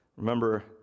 Remember